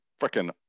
freaking